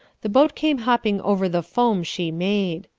the boat came hopping over the foam she made.